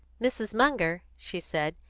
mrs. munger, she said,